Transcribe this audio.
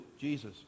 Jesus